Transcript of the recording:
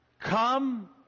come